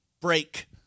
break